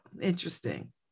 interesting